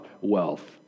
wealth